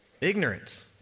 Ignorance